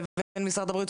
לבין משרד הבריאות,